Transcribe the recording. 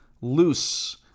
loose